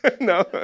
No